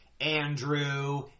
Andrew